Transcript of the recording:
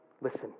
Listen